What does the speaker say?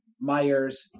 Myers